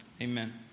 Amen